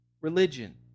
religion